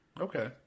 Okay